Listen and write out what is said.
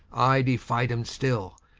i defide em stil,